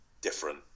different